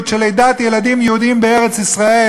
של לידת ילדים יהודים בארץ-ישראל,